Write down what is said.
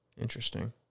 Interesting